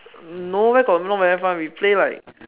no where got not very fun we play like